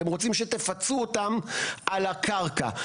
הם רוצים שתפצו אותם על הקרקע.